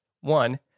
One